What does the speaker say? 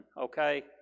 okay